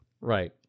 Right